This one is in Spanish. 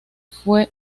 fue